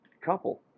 couple